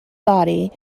body